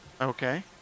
Okay